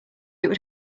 would